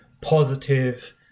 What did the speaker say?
positive